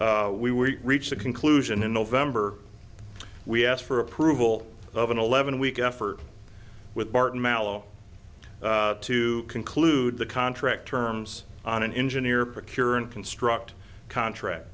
we reached the conclusion in november we asked for approval of an eleven week effort with barton mallow to conclude the contract terms on an engineer procure and construct contract